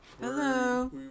Hello